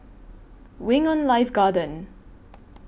Wing on Life Garden